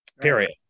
period